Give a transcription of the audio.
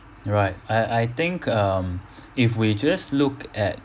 you're right I I think um if we just look at